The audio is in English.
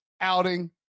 outing